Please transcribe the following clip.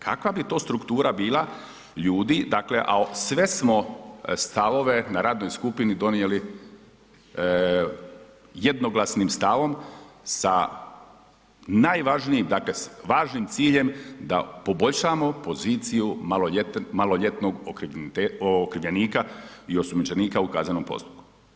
Kakva bi to struktura bila ljudi, dakle a sve smo stavove na radnoj skupini donijeli jednoglasnim stavom sa, najvažniji dakle, važnim ciljem da poboljšamo poziciju maloljetnog okrivljenika i osumnjičenika u kaznenom postupku.